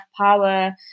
power